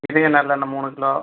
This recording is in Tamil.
இதயம் நல்லெண்ணெய் மூணு கிலோ